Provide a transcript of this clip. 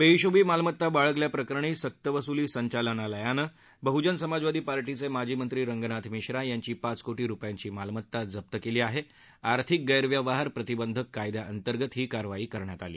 बेहीशोबी मालमत्ता बाळगल्याप्रकरणी सक्तवसुली संचालनालयानं बहुजन समाजवादी पार्टीचे माजी मंत्री रंगनाथ मिश्रा यांची पाच कोटी रुपयांची मालमत्ता जप्त केली आहे आर्थिक गृष्क्यवहार प्रतिबंधक कायद्यांतर्गत ही कारवाई करण्यात आली